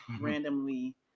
randomly